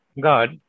God